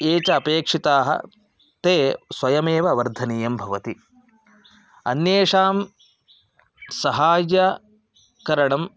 ये च अपेक्षिताः ते स्वयमेव वर्धनीयं भवति अन्येषां सहाय्यकरणम्